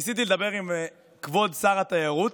ניסיתי לדבר עם כבוד שר התיירות.